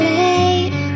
late